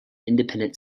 independent